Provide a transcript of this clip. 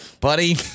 buddy